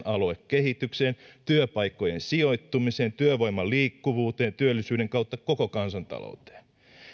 aluekehitykseen työpaikkojen sijoittumiseen työvoiman liikkuvuuteen työllisyyden kautta koko kansantalouteen